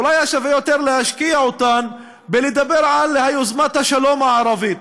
אולי היה שווה יותר להשקיע אותן בלדבר על יוזמת השלום הערבית,